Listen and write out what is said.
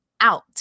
out